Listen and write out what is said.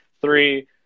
Three